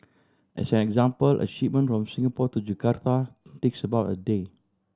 as an example a shipment from Singapore to Jakarta takes about a day